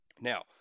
Now